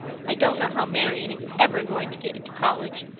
i don't know how marion is ever going to get into college,